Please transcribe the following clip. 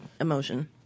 emotion